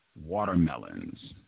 watermelons